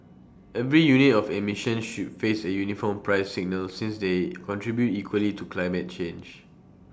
every unit of emissions should face A uniform price signal since they contribute equally to climate change